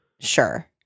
Sure